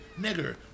nigger